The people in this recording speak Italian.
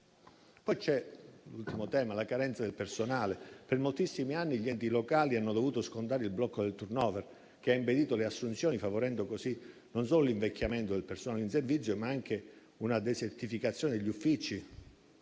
fiducia. L'ultimo tema riguarda la carenza del personale. Per moltissimi anni gli enti locali hanno dovuto scontare il blocco del *turnover*, che ha impedito le assunzioni, favorendo così non solo l'invecchiamento del personale in servizio, ma anche una desertificazione degli uffici,